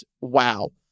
wow